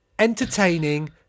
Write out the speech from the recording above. Entertaining